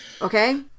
Okay